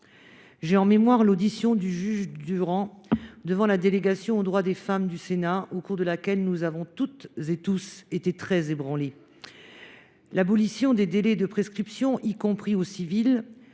J’ai en mémoire l’audition du juge Durand par la délégation sénatoriale aux droits des femmes, au cours de laquelle nous avons toutes et tous été très ébranlés. L’abolition des délais de prescription, y compris au civil,